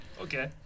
Okay